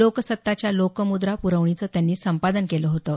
लोकसत्ताच्या लोकमुद्रा पुरवणीचं त्यांनी संपादन केलं होतं